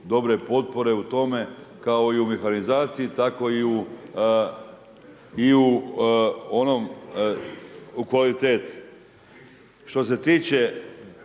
dobre potpore u tome kao i u mehanizaciji, tako i u kvaliteti. Što se tiče